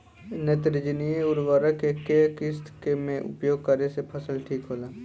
नेत्रजनीय उर्वरक के केय किस्त मे उपयोग करे से फसल ठीक होला?